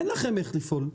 אין לכם איך לפעול.